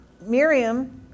Miriam